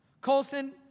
Colson